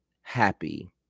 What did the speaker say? happy